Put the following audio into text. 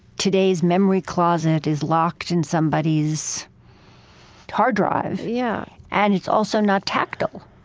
today's memory closet is locked in somebody's hard drive yeah and it's also not tactile.